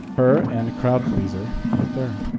her and crowd-pleaser right there.